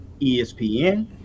espn